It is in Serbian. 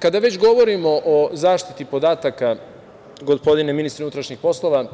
Kada već govorimo o zaštititi podataka, gospodine ministre unutrašnjih poslova,